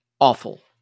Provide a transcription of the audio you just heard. Awful